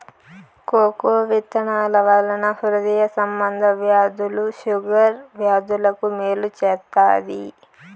cocoa విత్తనాల వలన హృదయ సంబంధ వ్యాధులు షుగర్ వ్యాధులకు మేలు చేత్తాది